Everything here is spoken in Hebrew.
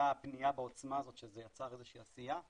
פניות בעוצמה הזאת שזה יצר איזה שהיא עשייה,